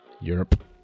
Europe